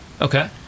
Okay